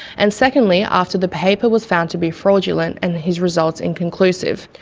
and secondly after the paper was found to be fraudulent, and his results inconclusive.